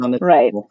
Right